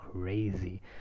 crazy